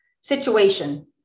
situation